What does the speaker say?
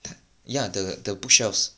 ya the the bookshelves